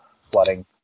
flooding